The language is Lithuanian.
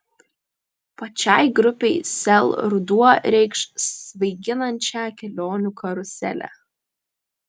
pačiai grupei sel ruduo reikš svaiginančią kelionių karuselę